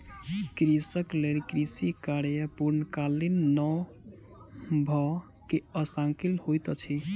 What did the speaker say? कृषक लेल कृषि कार्य पूर्णकालीक नै भअ के अंशकालिक होइत अछि